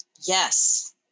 Yes